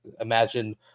Imagine